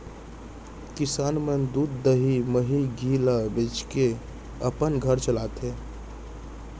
किसान मन दूद, दही, मही, घींव ल बेचके अपन घर चलाथें